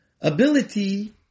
ability